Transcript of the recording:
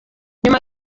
nyuma